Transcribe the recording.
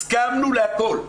הסכמנו להכל,